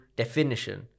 definition